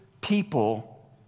people